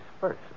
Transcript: first